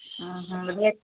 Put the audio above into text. ହଁ ହଁ ହଁ ରେଟ୍